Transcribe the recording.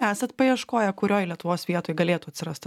esat paieškoję kurioj lietuvos vietoj galėtų atsirast tas